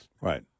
Right